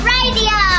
Radio